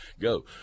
go